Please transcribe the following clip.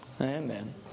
Amen